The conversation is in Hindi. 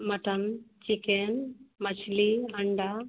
मटन चिकेन मछली अंडा